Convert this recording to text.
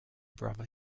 brother